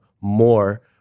more